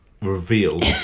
revealed